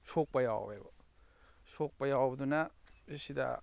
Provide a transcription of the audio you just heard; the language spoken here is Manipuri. ꯁꯣꯛꯄ ꯌꯥꯎꯔꯦꯕ ꯁꯣꯛꯄ ꯌꯥꯎꯕꯗꯨꯅ ꯏꯁꯤꯗ